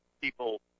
people